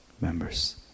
members